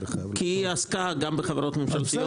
כי היא עסקה גם בחרות ממשלתיות